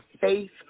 faith